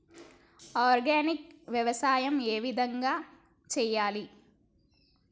Organic వ్యవసాయం ఏ విధంగా చేయాలి?